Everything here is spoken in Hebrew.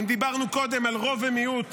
אם דיברנו קודם על רוב ומיעוט